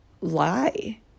lie